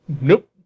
Nope